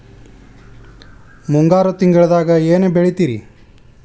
ಮುಂಗಾರು ತಿಂಗಳದಾಗ ಏನ್ ಬೆಳಿತಿರಿ?